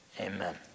Amen